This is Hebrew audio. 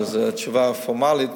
שזו התשובה הפורמלית,